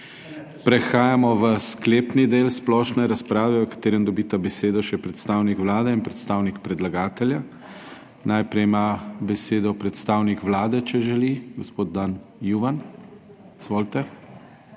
Prehajamo v sklepni del splošne razprave, v katerem dobita besedo še predstavnik Vlade in predstavnik predlagatelja. Najprej ima besedo predstavnik Vlade, če želi, gospod Dan Juvan. Izvolite.